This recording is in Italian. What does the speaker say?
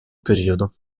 periodo